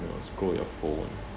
you know scroll your phone